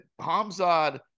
Hamzad